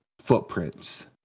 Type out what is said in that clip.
footprints